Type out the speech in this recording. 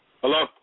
Hello